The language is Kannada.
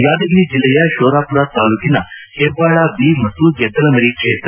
ಯಾದಗಿರಿ ಜಿಲ್ಲೆಯ ಶೋರಾಪುರ ತಾಲೂಕಿನ ಹೆಬ್ಲಾಳ ಬಿ ಮತ್ತು ಗೆದ್ದಲಮರಿ ಕ್ಷೇತ್ರ